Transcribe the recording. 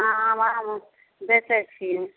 हँ बड़ामे बेचै छिए